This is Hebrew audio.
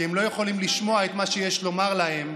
הם לא יכולים לשמוע את מה שיש לומר להם.